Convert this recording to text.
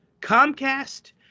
Comcast